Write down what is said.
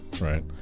right